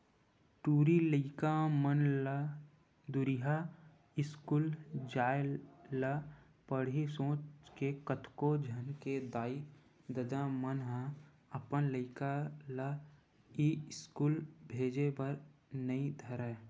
टूरी लइका मन ला दूरिहा इस्कूल जाय ल पड़ही सोच के कतको झन के दाई ददा मन ह अपन लइका ला इस्कूल भेजे बर नइ धरय